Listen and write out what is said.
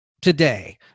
today